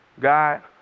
God